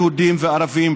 יהודים וערבים,